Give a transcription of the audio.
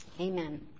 Amen